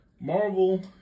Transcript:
Marvel